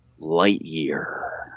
Lightyear